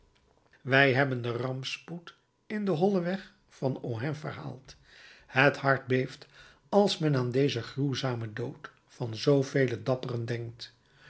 wij hebben den rampspoed in den hollen weg van ohain verhaald het hart beeft als men aan dezen gruwzamen dood van zoovele dapperen denkt